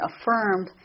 affirmed